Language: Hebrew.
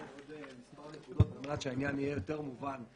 מספר נקודות על-מנת שהעניין יהיה יותר מובן.